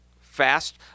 fast